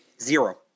Zero